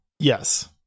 yes